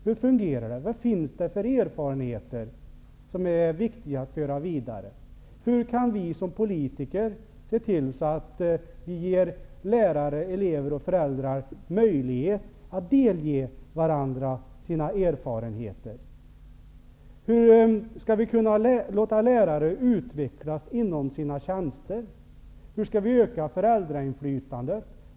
Hur fungerar skolan, och vad finns det för erfarenheter som det är viktigt att föra vidare? Hur kan vi som politiker ge elever, lärare och föräldrar möjlighet att delge varandra sina erfarenheter? Vad skall vi göra för att lärarna skall kunna utveckla sig inom sina tjänster? Hur skall vi kunna öka föräldrainflytandet?